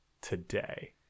today